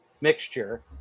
mixture